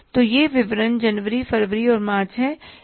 तोयह विवरण जनवरी फरवरी और मार्च हैं